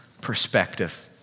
perspective